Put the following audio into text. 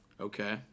Okay